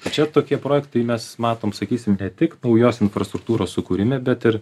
čia tokie projektai mes matom sakysim ne tik naujos infrastruktūros sukūrime bet ir